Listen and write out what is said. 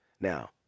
Now